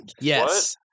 Yes